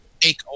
take